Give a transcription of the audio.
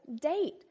date